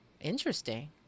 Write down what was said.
Interesting